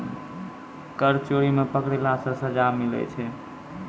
कर चोरी मे पकड़ैला से सजा मिलै छै